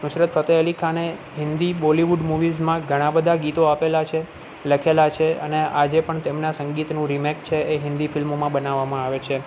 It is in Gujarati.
નુસરત ફતેહ અલી ખાને હિન્દી બોલીવુડ મૂવીઝમાં ઘણાબધા ગીતો આપેલા છે લખેલા છે અને આજે પણ તેમના સંગીતનું રિમેક છે એ હિન્દી ફિલ્મોમાં બનાવવામાં આવે છે